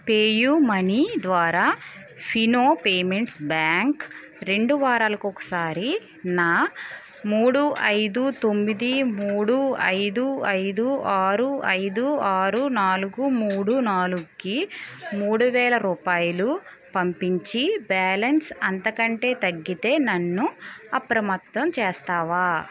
PayU money ద్వారా Fino payments bank రెండు వారాలకి ఒకసారి నా మూడు ఐదు తొమ్మిది మూడు ఐదు ఐదు ఆరు ఐదు ఆరు నాలుగు మూడు నాలుగుకి మూడు వేల రూపాయలు పంపించి బ్యాలన్స్ అంతకంటే తగ్గితే నన్ను అప్రమత్తం చేస్తావా